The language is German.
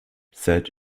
seit